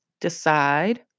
Decide